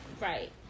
right